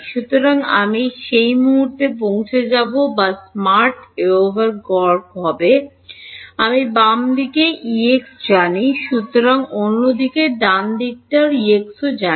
সুতরাং আমি সেই মুহুর্তেও পৌঁছে যাব বা স্মার্ট এওভার গড় হবে আমি বাম দিকে প্রাক্তনকে জানি অন্যদিকে ডানদিকে প্রাক্তনটি জানি